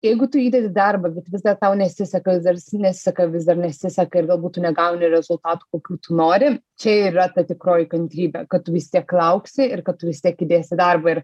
jeigu tu įdedi darbo bet vis dar tau nesiseka vis dar nesiseka vis dar nesiseka ir galbūt tu negauni rezultatų kokių tu nori čia ir yra ta tikroji kantrybė kad tu vis tiek lauksi ir kad tu vis tiek įdėsi darbo ir